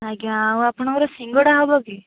ଆଜ୍ଞା ଆଉ ଆପଣଙ୍କର ସିଙ୍ଗଡ଼ା ହେବ କି